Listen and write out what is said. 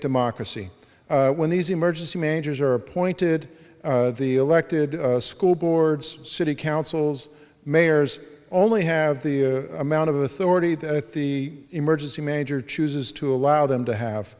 democracy when these emergency managers are appointed the elected school boards city councils mayors only have the amount of authority that the emergency manager chooses to allow them to have